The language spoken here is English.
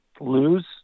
lose